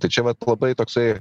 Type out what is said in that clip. tai čia vat labai toksai